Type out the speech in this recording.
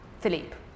Philippe